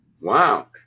Wow